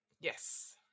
Yes